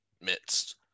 midst